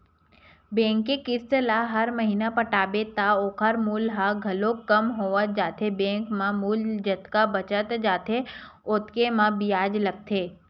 bank के किस्त ल हर महिना पटाबे त ओखर मूल ह घलोक कम होवत जाथे बेंक म मूल जतका बाचत जाथे ओतके म बियाज लगथे